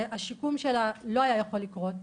והשיקום שלה לא היה יכול לקרות.